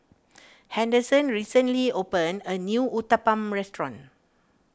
Henderson recently opened a new Uthapam restaurant